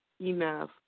enough